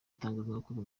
itangazamakuru